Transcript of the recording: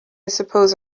suppose